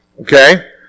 okay